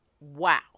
Wow